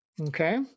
Okay